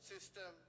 System